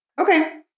Okay